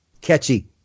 catchy